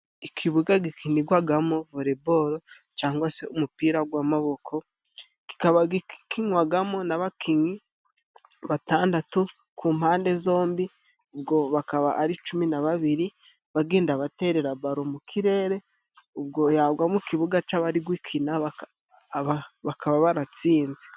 Ikibuga gikinirwagamo volebolo cangwa se umupira gw'amaboko, kikaba gikinwagamo n'abakinnyi batandatu ku mpande zombi ubwo bakaba ari cumi na babiri bagenda baterera balo mu kirere ,ubwo yagwa mu kibuga c'abari gukina bakaba baratsinze.